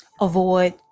avoid